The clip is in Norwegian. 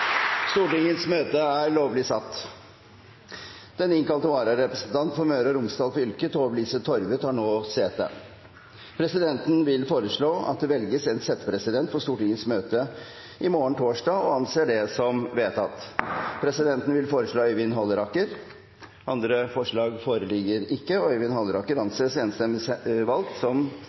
Den innkalte vararepresentanten for Møre og Romsdal fylke, Tove-Lise Torve, tar nå sete. Presidenten vil foreslå at det velges en settepresident for Stortingets møte i morgen torsdag – og anser det som vedtatt. Presidenten vil foreslå Øyvind Halleraker. – Andre forslag foreligger ikke, og Øyvind Halleraker anses enstemmig valgt som